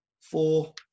four